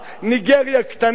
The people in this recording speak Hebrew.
ניגריה קטנה,